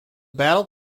battle